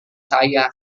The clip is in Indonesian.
saya